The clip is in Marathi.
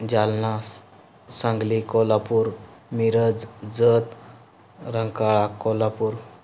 जालना सांगली कोल्हापूर मिरज जत रंकाळा कोल्हापूर